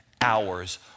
hours